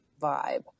vibe